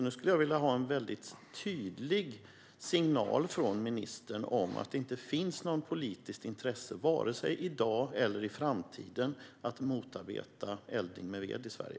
Nu skulle jag vilja ha en väldigt tydlig signal från ministern om att det inte finns något politiskt intresse vare sig i dag eller i framtiden när det gäller att motarbeta eldning med ved i Sverige.